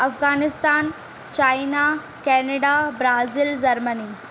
Afghanistan China Canada Brazil Germany